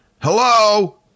Hello